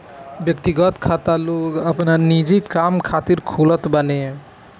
व्यक्तिगत खाता लोग अपनी निजी काम खातिर खोलत बाने